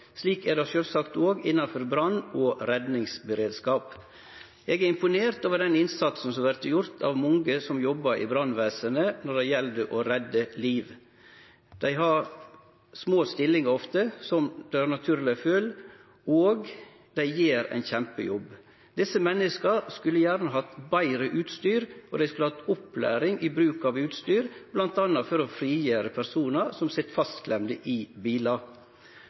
Slik er det sjølvsagt òg innanfor brann- og redningsberedskap. Eg er imponert over den innsatsen som vert gjord av mange som jobbar i brannvesenet, når det gjeld å redde liv. Dei har ofte små stillingsbrøkar, som er naturleg, og dei gjer ein kjempejobb. Desse menneska skulle gjerne hatt betre utstyr, og dei skulle hatt opplæring i bruk av utstyr, bl.a. for å frigjere personar som sit fastklemde i bilar.